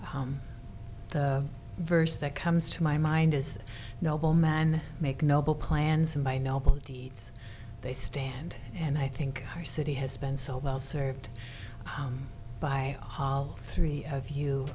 the verse that comes to my mind as a noble man make noble plans my noble deeds they stand and i think our city has been so well served by all three of you